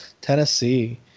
Tennessee